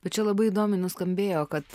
bet čia labai įdomiai nuskambėjo kad